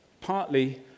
partly